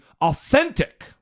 authentic